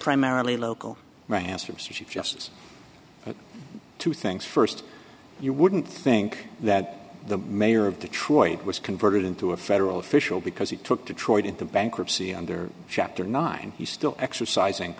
primarily local ransome suggests two things st you wouldn't think that the mayor of detroit was converted into a federal official because he took detroit into bankruptcy under chapter nine he still exercising